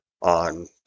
on